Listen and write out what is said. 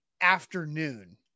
afternoon